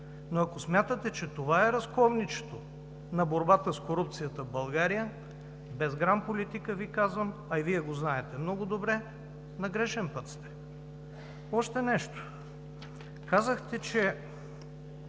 Но ако смятате, че това е разковничето на борбата с корупцията в България, без грам политика Ви казвам, а и Вие много добре го знаете – на грешен път сте! Още нещо. Казахте, че